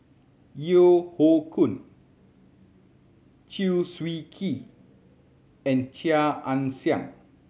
Yeo Hoe Koon Chew Swee Kee and Chia Ann Siang